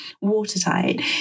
watertight